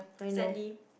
sadly